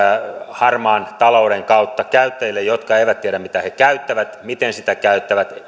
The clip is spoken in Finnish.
harmaan talouden kautta käyttäjille jotka eivät tiedä mitä he käyttävät miten sitä käyttävät